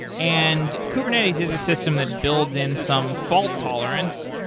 and kubernetes is a system that builds in some fault tolerance,